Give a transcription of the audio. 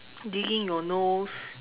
digging your nose